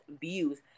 views